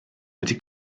wedi